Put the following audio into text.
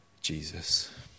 Jesus